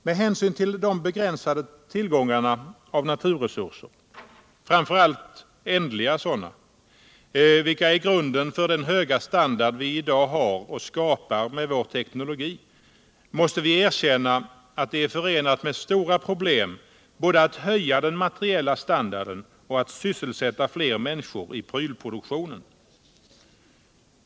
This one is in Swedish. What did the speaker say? Med hänsyn till de begränsade tillgångarna av naturresurser, framför allt ändliga sådana, vilka är grunden för den höga standard vii dag har och skapar med vår teknologi, måste vi erkänna att det är förenat med stora problem både att höja den materiella standarden och att sysselsätta fler människor i prylproduktionen.